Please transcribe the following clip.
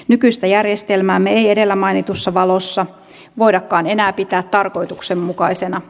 nykyistä järjestelmäämme ei edellä mainitussa valossa voidakaan enää pitää tarkoituksenmukaisena